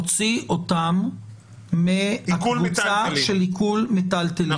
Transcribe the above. מגזרי אוכלוסייה שלמים במדינת ישראל,